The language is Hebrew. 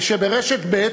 שברשת ב',